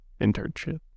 Internship